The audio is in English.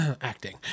acting